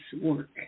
work